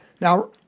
Now